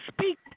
speak